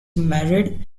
married